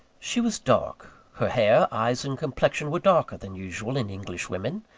she was dark. her hair, eyes, and complexion were darker than usual in english women.